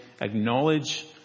acknowledge